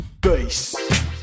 Bass